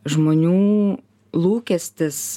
žmonių lūkestis